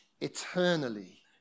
eternally